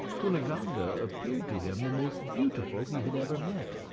cunegonde and appeared to him the most beautiful he had ever met.